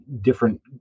different